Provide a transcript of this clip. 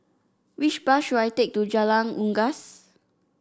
which bus should I take to Jalan Unggas